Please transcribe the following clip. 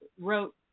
wrote